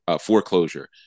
foreclosure